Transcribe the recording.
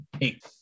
eight